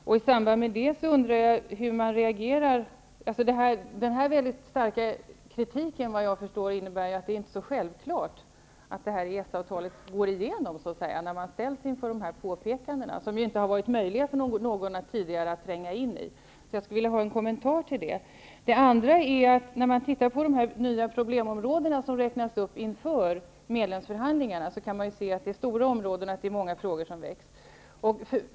Den här mycket starka kritiken innebär att det inte är så självklart, såvitt jag förstår, att EES-avtalet så att säga går igenom när man nu ställs inför dessa frågeställningar som inte tidigare varit möjliga för någon att tränga in i. Jag vill ha en kommentar till detta. Den andra frågan gäller de nya problemområden som räknas upp inför medlemsförhandlingarna. Man kan där se att det är fråga om stora områden, och många frågor väcks.